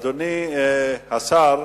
אדוני השר,